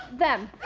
them.